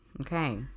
Okay